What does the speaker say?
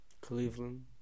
Cleveland